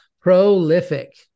Prolific